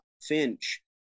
Finch